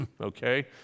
okay